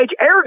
air